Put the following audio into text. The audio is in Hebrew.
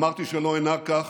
אמרתי שלא אנהג כך,